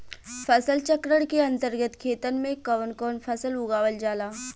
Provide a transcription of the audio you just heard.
फसल चक्रण के अंतर्गत खेतन में कवन कवन फसल उगावल जाला?